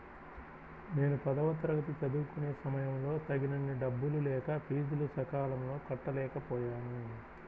నేను పదవ తరగతి చదువుకునే సమయంలో తగినన్ని డబ్బులు లేక ఫీజులు సకాలంలో కట్టలేకపోయాను